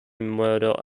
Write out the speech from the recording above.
murder